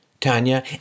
Tanya